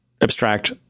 abstract